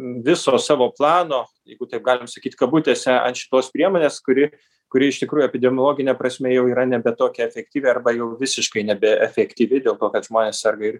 viso savo plano jeigu taip galim sakyti kabutėse ant šitos priemonės kuri kuri iš tikrųjų epidemiologine prasme jau yra nebe tokia efektyvi arba jau visiškai nebeefektyvi dėl to kad žmonės serga ir